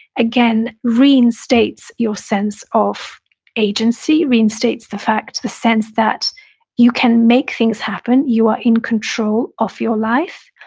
again, reinstates your sense of agency reinstates the fact, the sense that you can make things happen, you are in control of your life.